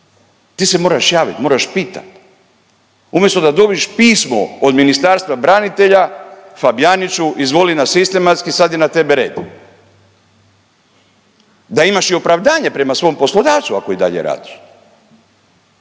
Ti se moraš javiti, moraš pitati umjesto da dobiješ pismo od Ministarstva branitelja Fabijaniću izvoli na sistematski sada je na tebe red, da imaš i opravdanje prema svom poslodavcu ako i dalje radiš.